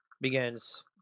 begins